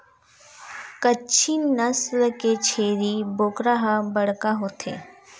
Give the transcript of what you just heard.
कच्छी नसल के छेरी बोकरा ह बड़का होथे